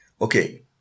okay